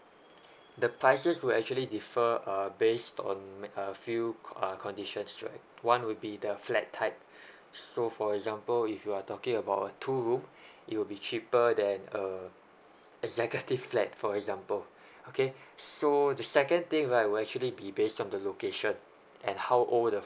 the prices were actually defer uh based on uh few conditions right one would be the flat type so for example if you are talking about two room it will be cheaper than uh executive flat for example okay so the second thing I right will actually be based on the location and how old the